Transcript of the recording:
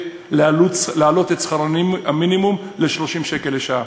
להעלות את שכר המינימום ל-30 שקל לשעה.